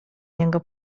niego